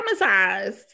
traumatized